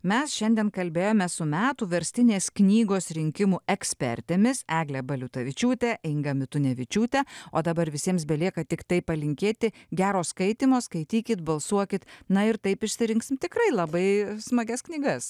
mes šiandien kalbėjome su metų verstinės knygos rinkimų ekspertėmis egle baliutavičiūte inga mitunevičiūte o dabar visiems belieka tiktai palinkėti gero skaitymo skaitykit balsuokit na ir taip išsirinksim tikrai labai smagias knygas